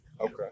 okay